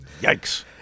Yikes